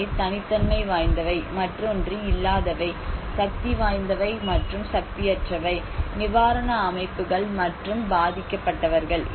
அவை தனித்தன்மை வாய்ந்தவை மற்றொன்று இல்லாதவை சக்திவாய்ந்தவை மற்றும் சக்தியற்றவை நிவாரண அமைப்புகள் மற்றும் பாதிக்கப்பட்டவர்கள்